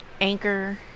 Anchor